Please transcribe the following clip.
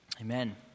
amen